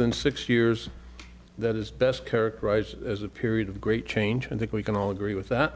than six years that is best characterized as a period of great change i think we can all agree with that